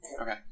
Okay